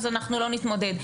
אנחנו לא נתמודד.